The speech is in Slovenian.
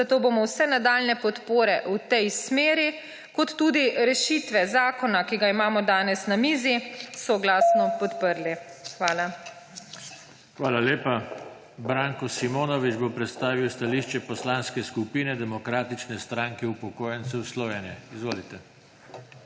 zato bomo vse nadaljnje podpore v tej smeri, kot tudi rešitve zakona, ki ga imamo danes na mizi, soglasno podprli. Hvala. **PODPREDSEDNIK JOŽE TANKO:** Hvala lepa. Branko Simonovič bo predstavil stališče Poslanske skupine Demokratične stranke upokojencev Slovenije. Izvolite.